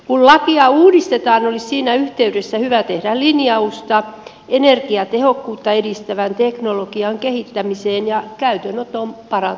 kun lakia uudistetaan olisi siinä yhteydessä hyvä tehdä linjausta energiatehokkuutta edistävän teknologian kehittämiseen ja käyttöönoton parantamiseen